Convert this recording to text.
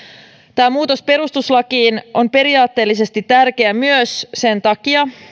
tämä muutos perustuslakiin on periaatteellisesti tärkeä myös sen takia